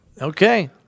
Okay